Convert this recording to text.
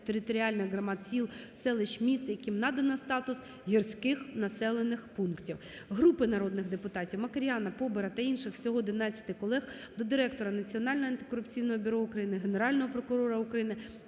територіальних громад сіл, селищ, міст, яким надано статус гірських населених пунктів. Групи народних депутатів (Макар'яна, Побера та інших. Всього 11 колег) до директора Національного антикорупційного бюро України, Генерального прокурора України